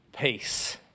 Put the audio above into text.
Peace